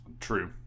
True